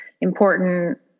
important